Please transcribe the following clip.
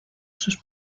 sus